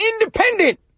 independent